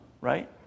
right